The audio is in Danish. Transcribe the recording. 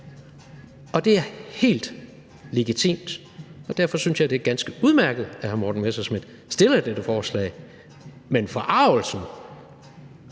Og det er helt legitimt. Derfor synes jeg, det er ganske udmærket, at hr. Morten Messerschmidt har fremsat dette forslag. Men forargelsen